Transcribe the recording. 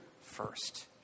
first